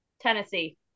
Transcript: Tennessee